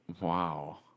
Wow